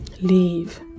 leave